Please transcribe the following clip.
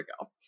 ago